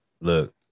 Look